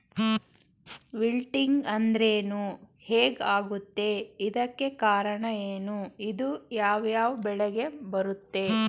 Wilting ಅಂದ್ರೇನು? ಹೆಗ್ ಆಗತ್ತೆ? ಇದಕ್ಕೆ ಕಾರಣ ಏನು? ಇದು ಯಾವ್ ಯಾವ್ ಬೆಳೆಗೆ ಬರುತ್ತೆ?